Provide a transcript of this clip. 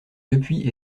depuis